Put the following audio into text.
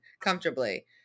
comfortably